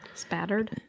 Spattered